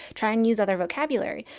try and use other vocabulary.